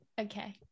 Okay